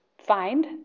find